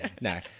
No